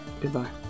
Goodbye